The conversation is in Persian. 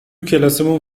کلاسمون